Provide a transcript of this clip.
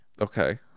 Okay